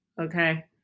okay